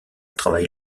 travail